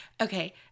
okay